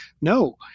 No